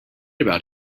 about